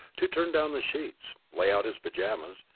to turn down the sheets, lay out his pajamas,